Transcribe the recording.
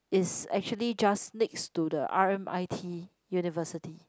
is actually just next to the r_m_i_t University